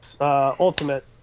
Ultimate